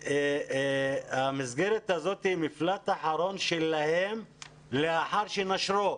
המסגרת הזאת היא המפלט האחרון עבורם לאחר שנשרו.